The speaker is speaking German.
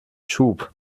schub